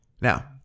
Now